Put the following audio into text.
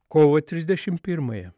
kovo trisdešimt pirmąją